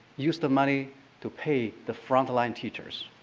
use the money to pay the front-line teachers.